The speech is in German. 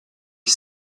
ich